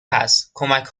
هست، کمک